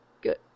good